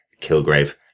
Kilgrave